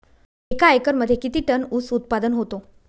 एका एकरमध्ये किती टन ऊस उत्पादन होतो?